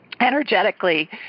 energetically